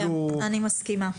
אני מסכימה.